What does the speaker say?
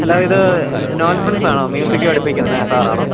hello ഇത് നോൽഫ്രണ്ട്സ് ആണോ മ്യൂസിക് പഠിപ്പിക്കുന്ന സാറാണോ